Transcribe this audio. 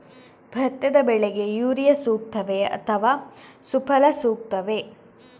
ಭತ್ತದ ಬೆಳೆಗೆ ಯೂರಿಯಾ ಸೂಕ್ತವೇ ಅಥವಾ ಸುಫಲ ಸೂಕ್ತವೇ?